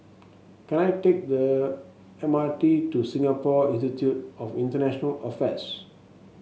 can I take the M R T to Singapore Institute of International Affairs